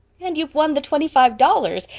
and you've won the twenty-five dollars,